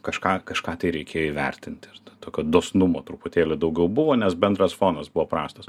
kažką kažką tai reikėjo įvertinti ir tokio dosnumo truputėlį daugiau buvo nes bendras fonas buvo prastas